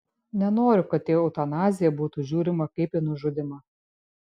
nenoriu kad į eutanaziją būtų žiūrimą kaip į nužudymą